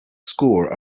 score